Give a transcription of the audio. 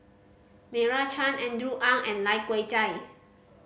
Meira Chand Andrew Ang and Lai Kew Chai